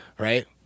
Right